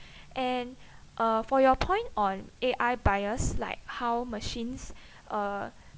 and uh for your point on A_I bias like how machines uh